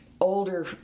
older